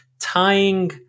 tying